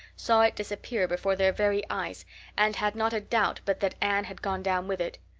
saw it disappear before their very eyes and had not a doubt but that anne had gone down with it.